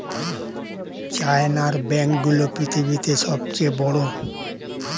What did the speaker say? চায়নার ব্যাঙ্ক গুলো পৃথিবীতে সব চেয়ে বড়